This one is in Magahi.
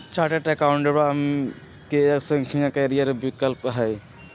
चार्टेट अकाउंटेंटवा के एक अच्छा करियर विकल्प हई